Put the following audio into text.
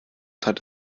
tat